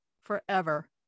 forever